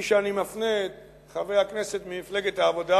אני מפנה את חבר הכנסת ממפלגת העבודה